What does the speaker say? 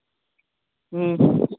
ہوں